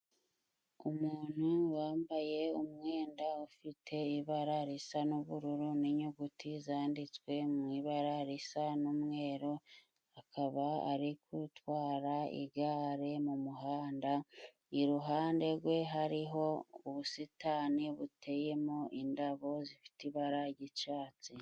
Umuntu wambaye umwenda ufite ibara risa n'ubururu n'inyuguti zanditswe mu ibara risa n'umweru akaba ari gutwara igare mu muhanda. Iruhande rwe hariho ubusitani buteyemo indabo zifite ibara ry'icyatsi.